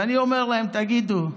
ואני אומר להם: תגידו,